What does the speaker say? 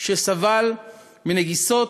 שסבל מנגיסות,